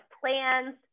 plans